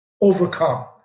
overcome